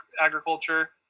Agriculture